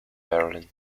berlin